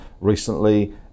recently